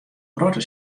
protte